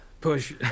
push